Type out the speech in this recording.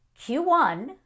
Q1